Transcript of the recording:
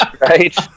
Right